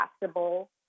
possible